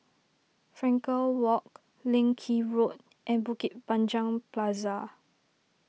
Frankel Walk Leng Kee Road and Bukit Panjang Plaza